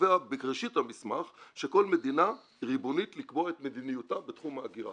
קובע בראשית המסמך שכל מדינה ריבונית לקבוע את מדיניותה בתחום ההגירה.